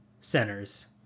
centers